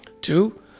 Two